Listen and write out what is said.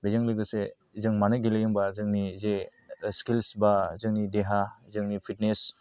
बेजों लोगोसे जों मानो गेलेयो होनबा जोंनि जे स्किल्स बा जोंनि देहा जोंनि फिटनेस